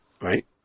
Right